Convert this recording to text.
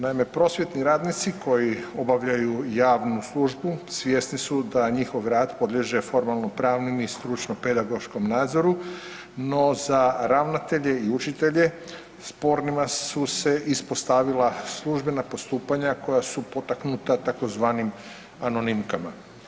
Naime, prosvjetni radnici koji obavljaju javnu službu svjesni su da njihov rad podliježe formalno pravnim i stručno pedagoškom nadzoru, no za ravnatelje i učitelje spornima su se ispostavila službena postupanja koje su potaknuta tzv. anonimkama.